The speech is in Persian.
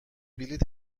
بلیط